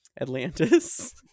Atlantis